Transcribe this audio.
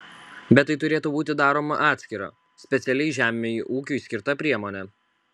bet tai turėtų būti daroma atskira specialiai žemei ūkiui skirta priemone